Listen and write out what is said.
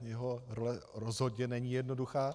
Jeho role rozhodně není jednoduchá.